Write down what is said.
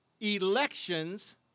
elections